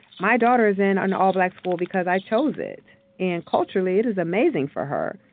my daughter is in an all black school because i chose it and culturally, it is amazing for her.